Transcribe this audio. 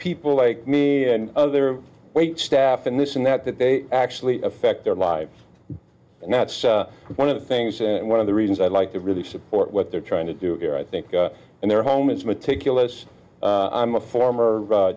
people like me and other wait staff and this and that that they actually affect their lives and that's one of the things and one of the reasons i like to really support what they're trying to do here i think and their home is meticulous i'm a former